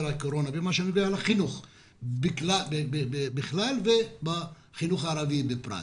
הקורונה ובמשבר החינוך בכלל ובחינוך הערי בפרט.